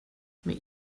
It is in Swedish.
med